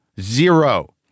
Zero